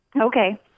Okay